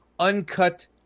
uncut